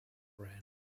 ran